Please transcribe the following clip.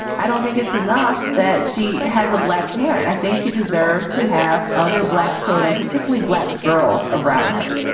i don't think it's enough that she has a black parent. i think she deserves to have other black children, particularly black girls around her.